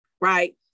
right